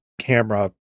camera